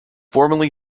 previously